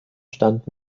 stand